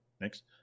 Next